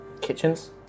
kitchens